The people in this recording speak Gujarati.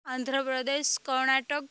આંધ્ર પ્રદેશ કર્ણાટક